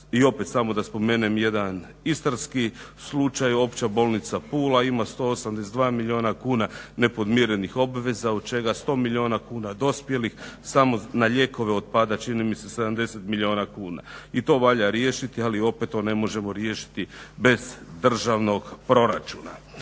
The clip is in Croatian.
I opet samo da spomenem jedan istarski slučaj. Opća bolnica Pula ima 182 milijuna kuna nepodmirenih obveza od čega 100 milijuna dospjelih. Samo na lijekove otpada čini mi se 70 milijuna kuna. I to valja riješiti ali to opet ne možemo riješiti bez državnog proračuna.